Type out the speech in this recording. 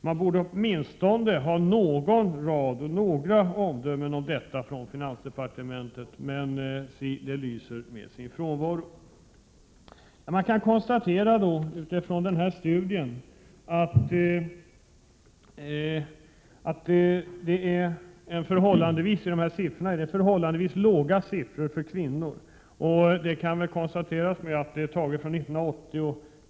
Man borde åtminstone ha några synpunkter på detta inom finansdepartementet, men sådana synpunkter lyser med sin frånvaro. Ser man på den ifrågavarande studien kan man konstatera att siffrorna är förhållandevis låga när det gäller kvinnor. Uppgifterna är från 1980.